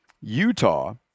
Utah